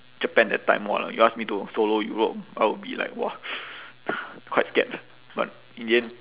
japan that time !wah! you ask me to solo europe I will be like !wah! quite scared but in the end